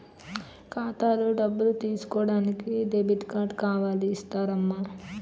ఖాతాలో డబ్బులు తీసుకోడానికి డెబిట్ కార్డు కావాలి ఇస్తారమ్మా